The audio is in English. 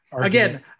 Again